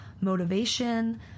motivation